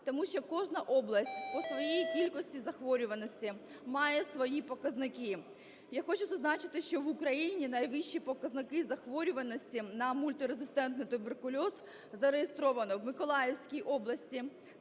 Тому що кожна область по своїй кількості захворюваності має свої показники. Я хочу зазначити, що в Україні найвищі показники захворюваності на мультирезистентний туберкульоз зареєстровано: в Миколаївській області